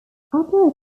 upper